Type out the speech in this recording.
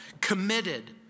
committed